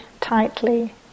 tightly